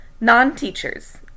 Non-teachers